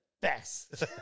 best